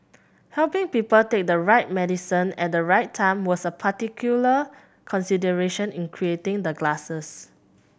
helping people take the right medicine at the right time was a particular consideration in creating the glasses